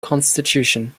constitution